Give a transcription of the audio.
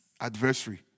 adversary